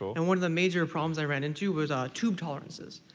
and one of the major problems i ran into was ah tube tolerances.